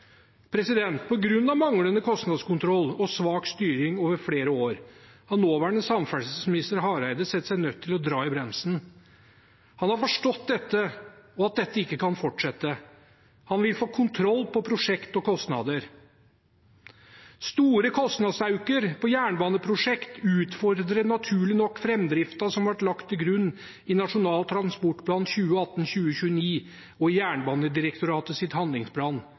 manglende kostnadskontroll og svak styring over flere år har nåværende samferdselsminister Hareide sett seg nødt til å dra i bremsen. Han har forstått dette og at dete ikke kan fortsette. Han vil få kontroll på prosjekter og kostnader. «Store kostnadsauker på jernbaneprosjekt utfordrer naturlig nok framdrifta som var lagt til grunn i Nasjonal transportplan 2018–2029 og i Jernbanedirektoratet sitt